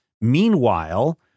Meanwhile